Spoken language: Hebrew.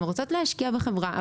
הן רוצות להשקיע בחברה,